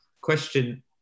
question